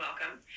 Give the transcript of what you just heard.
welcome